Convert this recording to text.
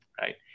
right